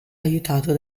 aiutato